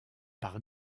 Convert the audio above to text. par